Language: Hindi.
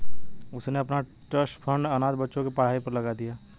उसने अपना ट्रस्ट फंड अनाथ बच्चों की पढ़ाई पर लगा दिया